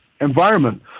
Environment